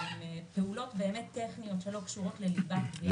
פעולות באמת טכניות שלא קשורות לליבת הפעילות.